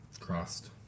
Crossed